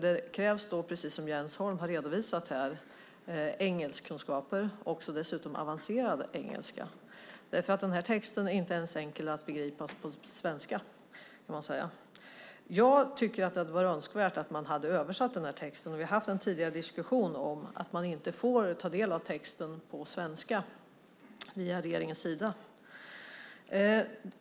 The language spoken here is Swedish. Det krävs, precis som Jens Holm har redovisat här, engelskkunskaper och dessutom avancerad engelska. Den här texten är inte ens enkel att begripa på svenska. Det hade varit önskvärt att man hade översatt texten. Vi har haft en tidigare diskussion om att man inte får ta del av texten på svenska från regeringens sida.